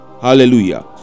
Hallelujah